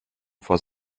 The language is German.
vors